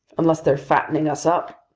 unless they're fattening us up!